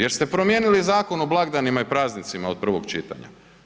Jer ste promijenili Zakon o blagdanima i praznicima od prvog čitanja.